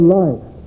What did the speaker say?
life